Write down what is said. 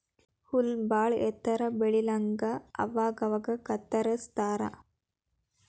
ಹುಲ್ಲ ಬಾಳ ಎತ್ತರ ಬೆಳಿಲಂಗ ಅವಾಗ ಅವಾಗ ಕತ್ತರಸ್ತಾರ